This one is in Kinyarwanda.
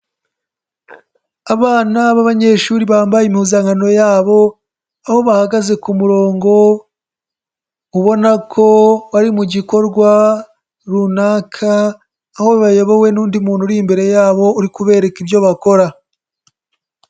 Abana b'abanyeshuri bambaye impuzankano yabo, aho bahagaze ku murongo, ubona ko ari mu gikorwa runaka, aho bayobowe n'undi muntu uri imbere yabo uri kubereka ibyo bakora.